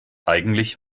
eigentlich